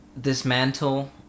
dismantle